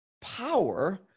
power